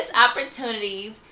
opportunities